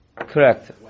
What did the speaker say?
Correct